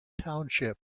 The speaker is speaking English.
township